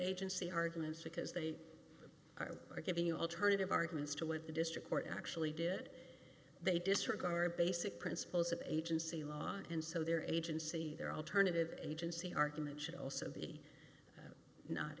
agency arguments because they are are giving alternative arguments to with the district court actually did they disregard basic principles of agency law and so their agency their alternative agency argument should also be